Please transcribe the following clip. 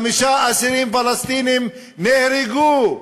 חמישה אסירים פלסטינים נהרגו,